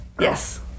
Yes